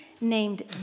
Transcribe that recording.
named